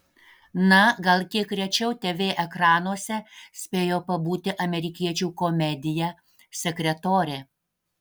na gal kiek rečiau tv ekranuose spėjo pabūti amerikiečių komedija sekretorė